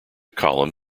column